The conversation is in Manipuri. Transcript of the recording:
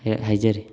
ꯍꯥꯏꯖꯔꯤ